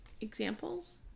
examples